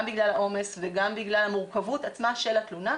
בגלל העומס וגם בגלל המורכבות עצמה של התלונה,